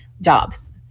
jobs